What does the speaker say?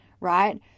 right